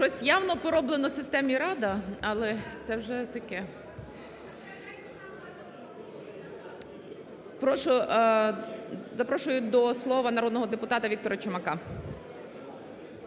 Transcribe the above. Щось явно пороблено системі "Рада", але це вже таке. Прошу… запрошую до слова народного депутата Віктора Чумака.